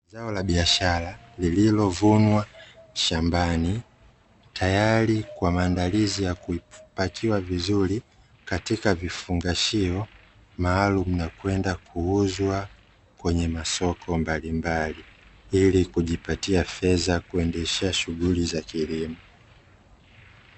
Zao la biashara lililovunwa shambani, tayari kwa maandalizi ya kupakiwa vizuri, katika vifungashio maalum na kwenda kuuzwa kwenye masoko mbalimbali ili kujipatia fedha za kuendeshea shughuli za kilimo.